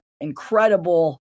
incredible